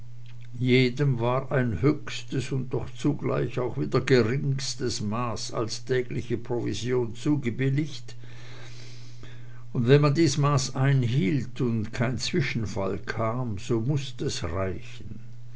jedem war ein höchstes und doch zugleich auch wieder geringstes maß als tägliche provision zubewilligt und wenn man dies maß einhielt und kein zwischenfall kam so mußt es reichen